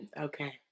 Okay